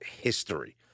history